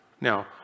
Now